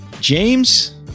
James